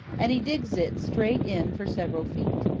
and he digs it straight in for several feet.